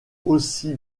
aussi